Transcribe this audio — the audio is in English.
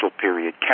period